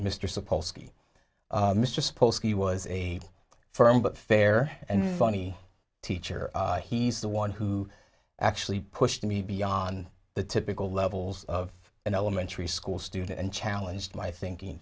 he was a firm but fair and funny teacher he's the one who actually pushed me beyond the typical levels of an elementary school student and challenged my thinking